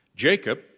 Jacob